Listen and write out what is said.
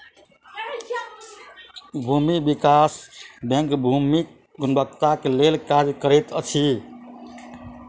भूमि विकास बैंक भूमिक गुणवत्ताक लेल काज करैत अछि